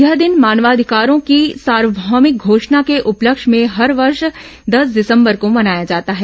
यह दिन मानवाधिकारों की सार्वमौभिक घोषणा के उपलक्ष्य में हर वर्ष दस दिसंबर को मनाया जाता है